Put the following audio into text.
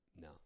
No